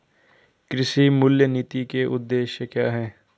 कृषि मूल्य नीति के उद्देश्य क्या है?